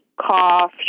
cough